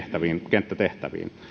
kenttätehtäviin